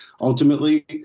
ultimately